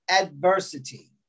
adversity